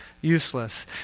useless